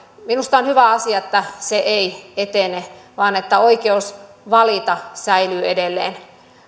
minusta on hyvä asia että se ei etene vaan että oikeus valita säilyy edelleen